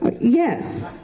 Yes